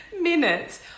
minutes